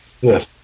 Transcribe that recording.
yes